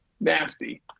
nasty